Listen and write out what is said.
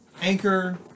Anchor